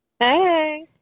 Hey